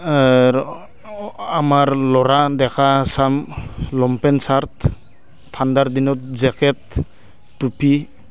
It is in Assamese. আমাৰ ল'ৰা ডেকা চাম লংপেণ্ট চাৰ্ট ঠাণ্ডাৰ দিনত জেকেট টুপি